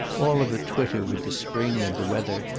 all of a twitter with the spring and the weather,